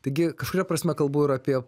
taigi kažkuria prasme kalbu ir apie